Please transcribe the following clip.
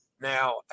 now